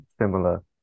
similar